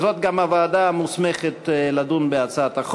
24 בעד,